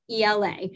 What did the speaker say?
ELA